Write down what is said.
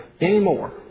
anymore